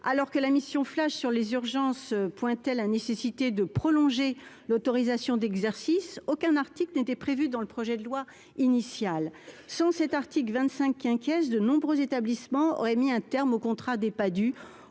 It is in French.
alors que la mission flash sur les urgences, pointait la nécessité de prolonger l'autorisation d'exercice, aucun article n'était prévu dans le projet de loi initial sans cet article 25 qui inquiète de nombreux établissements auraient mis un terme au contrat des